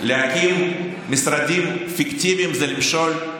להקים משרדים פיקטיביים זה למשול?